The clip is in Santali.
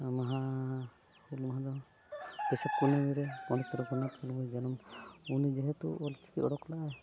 ᱢᱟᱦᱟ ᱦᱩᱞ ᱢᱟᱦᱟ ᱫᱚ ᱵᱟᱹᱭᱥᱟᱹᱠᱷ ᱠᱩᱱᱟᱹᱢᱤ ᱨᱮ ᱯᱚᱱᱰᱤᱛ ᱨᱚᱜᱷᱩᱱᱟᱛᱷ ᱢᱩᱨᱢᱩ ᱡᱟᱱᱟᱢ ᱩᱱᱤ ᱡᱮᱦᱮᱛᱩ ᱚᱞᱪᱤᱠᱤ ᱩᱰᱩᱠ ᱞᱮᱜᱼᱟᱭ